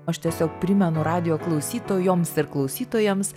aš tiesiog primenu radijo klausytojoms ir klausytojams